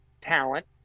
talent